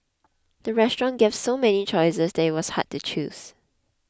the restaurant gave so many choices that it was hard to choose